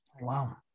Wow